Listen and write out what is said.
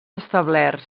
establerts